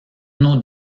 uno